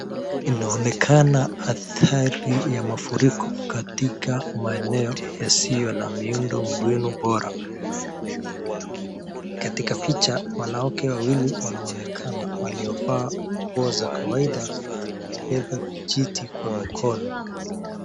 Inaonekana adhari ya mafuriko katika maeneo yasiyo na miundo mbinu bora. Katika picha wanawake wawili wanaonekana waliovaa nguo za kawaida wamebeba vijiti kwa mkono.